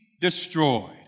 destroyed